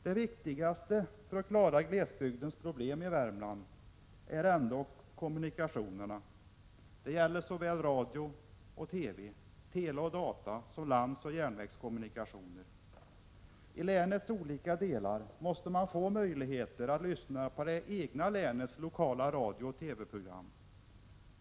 Det viktigaste för att lösa glesbygdens problem i Värmland är ändå kommunikationerna — det gäller såväl radio och TV, teleoch datasom landsoch järnvägskommunikationer. I länets olika delar måste man få möjligheter att lyssna på det egna länets lokala radiooch TV-program.